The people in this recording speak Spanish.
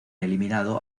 eliminado